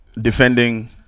defending